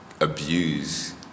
abuse